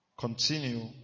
Continue